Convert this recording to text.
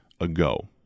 ago